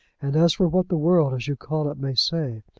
and as for what the world, as you call it, may say,